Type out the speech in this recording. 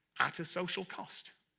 at a social cost.